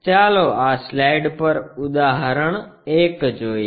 ચાલો આ સ્લાઇડ પર ઉદાહરણ 1 જોઈએ